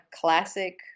classic